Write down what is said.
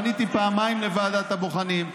פניתי פעמיים לוועדת הבוחנים.